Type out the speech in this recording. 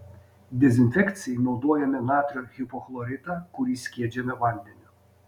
dezinfekcijai naudojame natrio hipochloritą kurį skiedžiame vandeniu